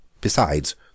Besides—